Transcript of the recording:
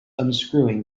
unscrewing